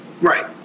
Right